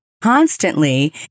constantly